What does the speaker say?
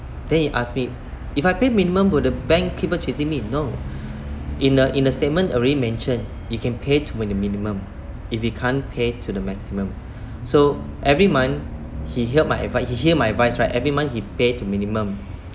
then he ask me if I pay minimum will the bank keep on chasing me no in a in a statement already mentioned you can pay to when the minimum if you can't pay to the maximum so every month he held my advice he hear my advice right every month he pay to minimum